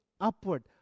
upward